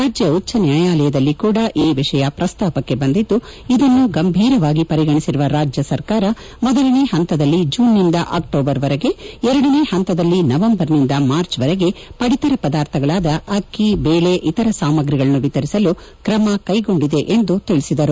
ರಾಜ್ಯ ಉಚ್ಚ ನ್ಯಾಯಾಲಯದಲ್ಲಿ ಕೂಡ ವಿಷಯ ಪ್ರಸ್ತಾಪಕ್ಕೆ ಬಂದಿದ್ದು ಇದನ್ನು ಗಂಭೀರವಾಗಿ ಪರಿಗಣಿಸಿರುವ ರಾಜ್ಯ ಸರ್ಕಾರ ಮೊದಲನೇ ಹಂತದಲ್ಲಿ ಜೂನ್ನಿಂದ ಅಕ್ಟೋಬರ್ವರೆಗೆ ಎರಡನೇ ಹಂತದಲ್ಲಿ ನವಂಬರ್ನಿಂದ ಮಾರ್ಚ್ ವರೆಗೆ ಪಡಿತರ ಪದಾರ್ಥಗಳಾದ ಅಕ್ಸಿ ಬೇಳೆ ಇತರೆ ಸಾಮಾಗ್ರಿಗಳನ್ನು ವಿತರಿಸಲು ಕ್ರಮ ಕೈಗೊಂಡಿದೆ ಎಂದು ತಿಳಿಸಿದರು